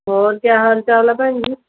ਹੋਰ ਕਿਆ ਹਾਲ ਚਾਲ ਹੈ ਭੈਣ ਜੀ